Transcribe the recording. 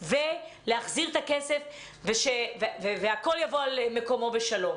כדי שהכול יבוא על מקומו בשלום.